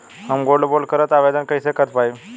हम gold bond करतिं आवेदन कइसे कर पाइब?